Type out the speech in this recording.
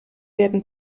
werden